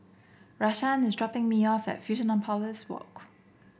Rashaan is dropping me off at Fusionopolis Walk